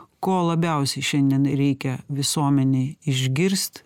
ko labiausiai šiandien reikia visuomenei išgirst